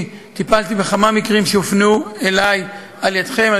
טיפלתי בכמה מקרים שהופנו אלי על-ידכם,